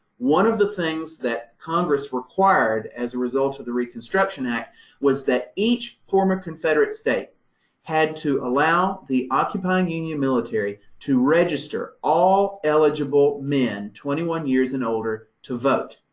one of the things that congress required as a result of the reconstruction act was that each former confederate state had to allow the occupying union military to register all eligible men, twenty one years and older, to vote.